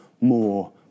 more